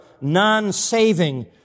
non-saving